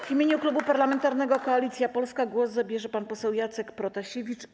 W imieniu Klubu Parlamentarnego Koalicja Polska zdalnie głos zabierze pan poseł Jacek Protasiewicz.